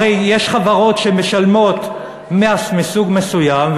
הרי יש חברות שמשלמות מס מסוג מסוים,